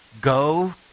go